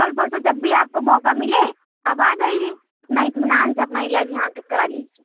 کل پرسو جب بھی آپ کو موقع ملے آپ آ جائیے اپنا اطمینان سے اپنا علاج یہاں آ کے کرا لیجیے